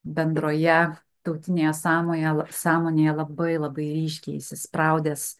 bendroje tautinėje sąmonėje sąmonėje labai labai ryškiai įsispraudęs